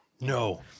no